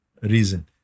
reason